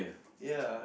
ya